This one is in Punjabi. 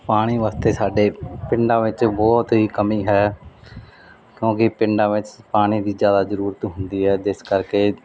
ਪਾਣੀ ਵਾਸਤੇ ਸਾਡੇ ਪਿੰਡਾਂ ਵਿੱਚ ਬਹੁਤ ਹੀ ਕਮੀ ਹੈ ਕਿਉਂਕਿ ਪਿੰਡਾਂ ਵਿੱਚ ਪਾਣੀ ਦੀ ਜ਼ਿਆਦਾ ਜ਼ਰੂਰਤ ਹੁੰਦੀ ਹੈ ਜਿਸ ਕਰਕੇ